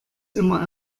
immer